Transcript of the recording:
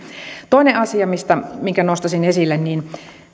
toinen asia minkä nostaisin esille